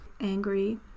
Angry